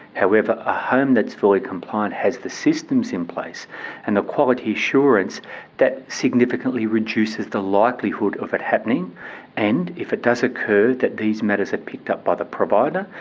however, a home that's fully compliant has the systems in place and the quality assurance that significantly reduces the likelihood of it happening and, if it does occur, that these matters are picked up by the provider,